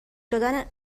دادن